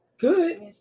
Good